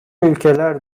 ülkeler